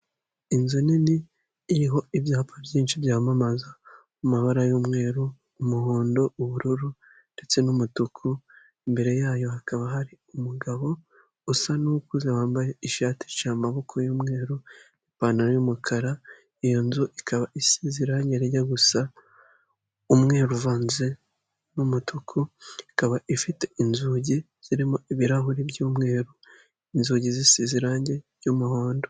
Inzu nini iriho ibyapa byinshi byamamaza mu mabara y'umweru, umuhondo, ubururu ndetse n'umutuku, imbere yayo hakaba hari umugabo usa n'ukuze wambaye ishati iciye amaboko y'umweru, ipantalo y'umukara, iyo nzu ikaba isize irange rijya gusa umweru uvanze n'umutuku, ikaba ifite inzugi zirimo ibirahuri by'umweru, inzugi zisize irangi ry'umuhondo.